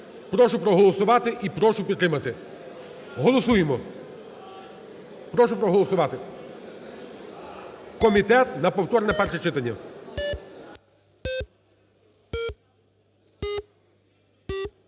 Прошу проголосувати і прошу підтримати. Голосуємо. Прошу проголосувати: в комітет на повторне перше читання.